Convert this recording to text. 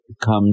come